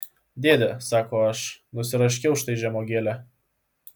dėde sako aš nusiraškiau štai žemuogėlę